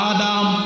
Adam